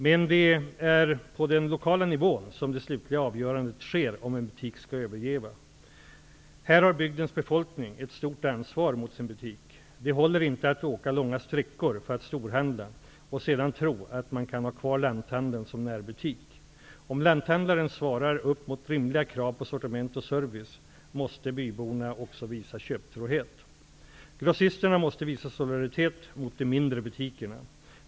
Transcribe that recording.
Men det är på den lokala nivån som det slutliga avgörandet sker om en butik skall överleva. Här har bygdens befolkning ett stort ansvar mot sin butik. Det håller inte att åka långa sträckor för att storhandla och sedan tro att man kan ha kvar lanthandeln som närbutik. Om lanthandlaren svarar upp mot rimliga krav på sortiment och service måste byborna också visa köptrohet. Grossisterna måste visa solidaritet mot de mindre butikerna.